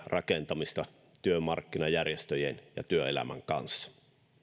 rakentamista työmarkkinajärjestöjen ja työelämän kanssa